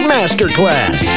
Masterclass